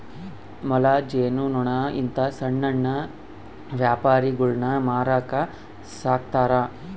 ಮೊಲ, ಜೇನು ನೊಣ ಇಂತ ಸಣ್ಣಣ್ಣ ಪ್ರಾಣಿಗುಳ್ನ ಮಾರಕ ಸಾಕ್ತರಾ